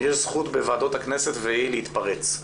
יש זכות בוועדות הכנסת והיא להתפרץ.